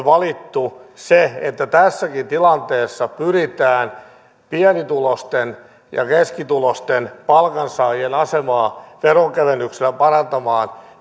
valittu se että tässäkin tilanteessa pyritään pienituloisten ja keskituloisten palkansaajien asemaa veronkevennyksillä parantamaan